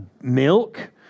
milk